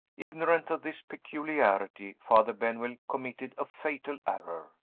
ignorant of this peculiarity, father benwell committed a fatal error.